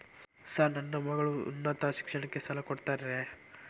Sir ನನ್ನ ಮಗಳ ಉನ್ನತ ಶಿಕ್ಷಣಕ್ಕೆ ಸಾಲ ಕೊಡುತ್ತೇರಾ?